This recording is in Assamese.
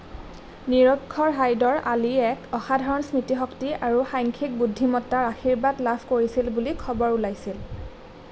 নিৰক্ষৰ হাইদৰ আলী এক অসাধাৰণ স্মৃতি শক্তি আৰু সাংখ্যিক বুদ্ধিমত্তাৰ আশীৰ্বাদ লাভ কৰিছিল বুলি খবৰ ওলাইছিল